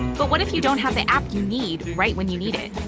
but what if you don't have the app you need right when you need it?